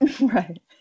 Right